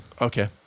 okay